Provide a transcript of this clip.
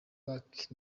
back